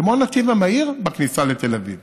כמו הנתיב המהיר בכניסה לתל אביב.